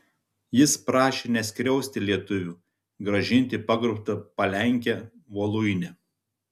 jis prašė neskriausti lietuvių grąžinti pagrobtą palenkę voluinę